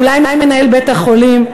אולי מנהל בית-החולים,